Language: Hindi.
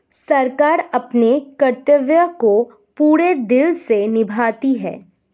सरकार अपने कर्तव्य को पूरे दिल से निभाती है